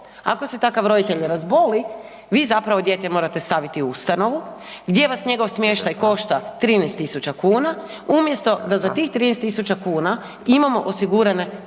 Ako se takav roditelj razboli vi zapravo dijete morate staviti u ustanovu gdje vas njegov smještaj košta 13.000 kuna umjesto da za tih 13.000 kuna imamo osigurane